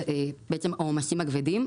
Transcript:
ואז יש עומסים כבדים.